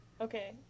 Okay